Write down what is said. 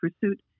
pursuit